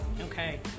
Okay